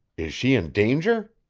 is she in danger?